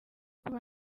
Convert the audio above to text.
kuba